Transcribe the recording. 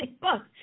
books